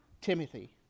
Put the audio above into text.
Timothy